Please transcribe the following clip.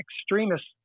extremists